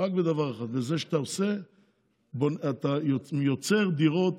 רק בדבר אחד: בזה שאתה יוצר דירות